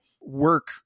work